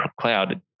cloud